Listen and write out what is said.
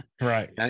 right